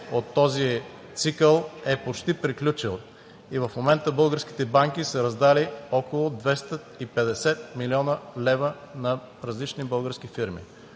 от този цикъл е почти приключил и в момента българските банки са раздали около 250 млн. лв. на различни български фирми,